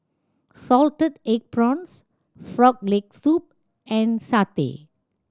salted egg prawns Frog Leg Soup and satay